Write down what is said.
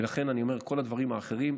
ולכן אני אומר: כל הדברים האחרים,